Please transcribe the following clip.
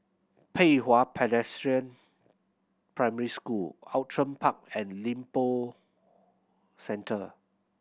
Pei Hwa Presbyterian Primary School Outram Park and Lippo Centre